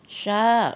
sharp